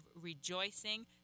rejoicing